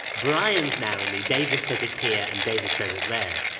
brian's now in the david says it's here, and david says it's there.